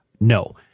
no